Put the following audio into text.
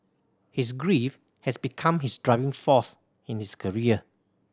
his grief has become his driving force in his career